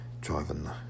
driving